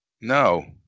No